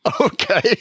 Okay